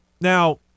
Now